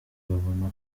babona